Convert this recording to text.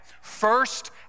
First